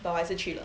but 我还是去了